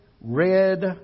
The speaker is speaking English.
red